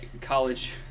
college